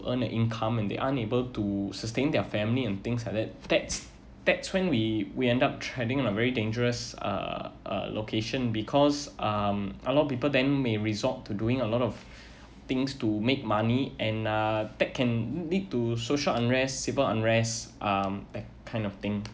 earn an income and they unable to sustain their family and things like that that's that's when we we end up trending in a very dangerous uh uh location because um a lot of people then may resort to doing a lot of things to make money and uh that can lead to social unrest civil unrest um that kind of thing